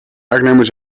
werknemers